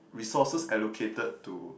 resources allocated to